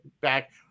back